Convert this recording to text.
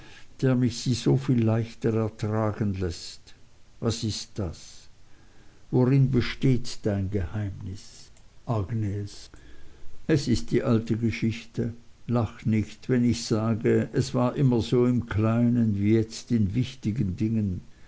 der mich sie so viel leichter ertragen läßt was ist das worin besteht dein geheimnis agnes ihr haupt war gesenkt und sie blickte ins feuer es ist die alte geschichte lach nicht wenn ich sage es war immer im kleinen so wie jetzt in wichtigen dingen